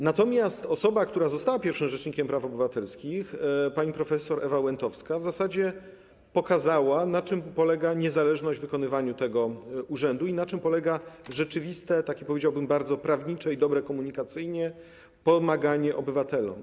Natomiast osoba, która została pierwszym rzecznikiem praw obywatelskich, pani prof. Ewa Łętowska w zasadzie pokazała, na czym polega niezależność w wykonywaniu tego urzędu i na czym polega rzeczywiste, powiedziałbym, takie bardzo prawnicze i dobre komunikacyjnie pomaganie obywatelom.